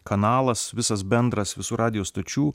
kanalas visas bendras visų radijo stočių